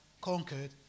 conquered